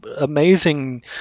amazing